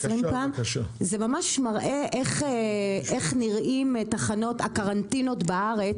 זה ממש מראה איך נראים תחנות הקרנטינות בארץ,